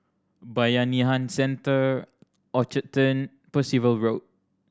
Bayanihan Centre Orchard Turn Percival Road